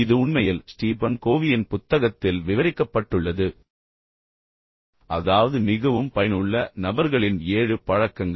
இது உண்மையில் ஸ்டீபன் கோவியின் புத்தகத்தில் விவரிக்கப்பட்டுள்ளது அதாவது மிகவும் பயனுள்ள நபர்களின் ஏழு பழக்கங்கள்